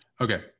Okay